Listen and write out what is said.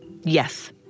Yes